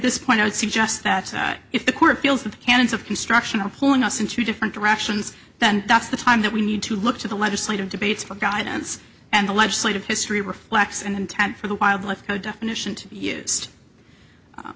this point i would suggest that if the court feels that canons of constructional pulling us into different directions then that's the time that we need to look to the legislative debates for guidance and the legislative history reflects an intent for the wildlife definition to be u